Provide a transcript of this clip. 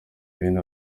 bene